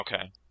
okay